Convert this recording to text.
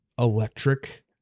electric